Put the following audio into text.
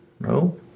no